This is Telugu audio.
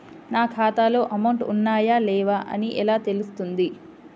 నా ఖాతాలో అమౌంట్ ఉన్నాయా లేవా అని ఎలా తెలుస్తుంది?